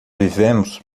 vivemos